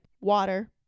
water